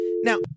Now